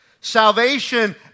Salvation